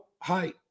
hi